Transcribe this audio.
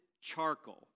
charcoal